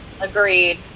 Agreed